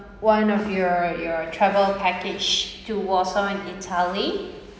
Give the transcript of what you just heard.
one of your your travel package to warsaw and italy